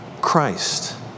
Christ